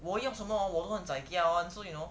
我用什么我 zai kai [one] so you know